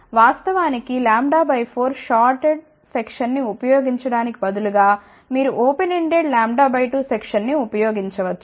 వాస్తవానికి λ 4 shorted section ని ఉపయోగించటానికి బదులుగా మీరు ఓపెన్ ఎండెడ్ λ2 సెక్షన్ ని ఉపయోగించవచ్చు